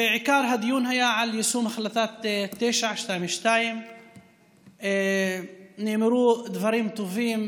ועיקר הדיון היה על יישום החלטה 922. נאמרו דברים טובים